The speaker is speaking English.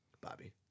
Bobby